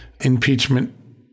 impeachment